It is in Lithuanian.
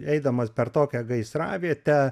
eidamas per tokią gaisravietę